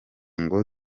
ngo